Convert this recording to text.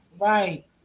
right